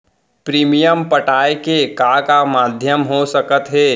Premium पटाय के का का माधयम हो सकत हे?